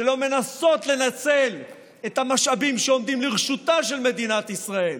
שלא מנסות לנצל את המשאבים שעומדים לרשותה של מדינת ישראל